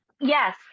Yes